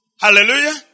Hallelujah